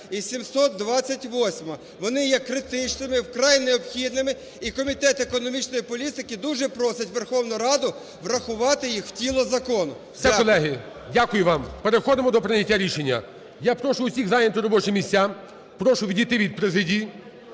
і 728. Вони є критичними, вкрай необхідними, і Комітет економічної політики дуже просить Верховну Раду врахувати їх в тіло закону. ГОЛОВУЮЧИЙ. Все, колеги, дякую вам. Переходимо до прийняття рішення. Я прошу всіх зайняти робочі місця, прошу відійти від президії